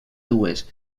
dues